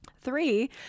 three